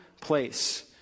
place